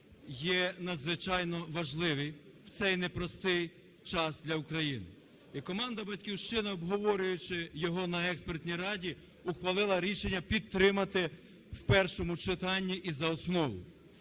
є надзвичайно важливим в цей непростий час для України. І команда "Батьківщина", обговорюючи його на експертній раді, ухвалила рішення підтримати в першому читанні і за основу.